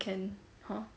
can ah